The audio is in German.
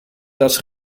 das